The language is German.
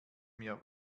mir